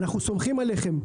אנחנו סומכים עליכם,